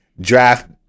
Draft